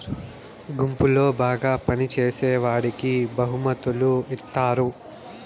గుంపులో బాగా పని చేసేవాడికి బహుమతులు ఇత్తారు